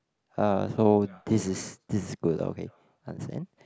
uh so this is this is good okay understand